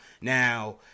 Now